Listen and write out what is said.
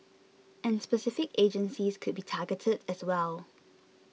and specific agencies could be targeted as well